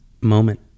moment